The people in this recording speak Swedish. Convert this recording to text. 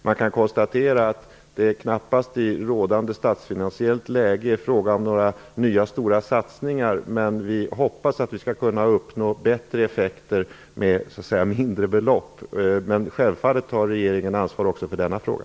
Man kan konstatera att det knappast i rådande statsfinansiella läge är fråga om några nya stora satsningar, men vi hoppas att vi skall kunna uppnå bättre effekter till lägre kostnader. Självfallet tar regeringen ansvar också för denna fråga.